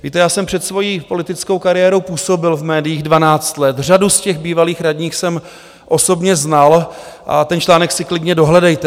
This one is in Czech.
Víte, já jsem před svojí politickou kariérou působil v médiích dvanáct let, řadu z těch bývalých radních jsem osobně znal a ten článek si klidně dohledejte.